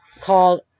called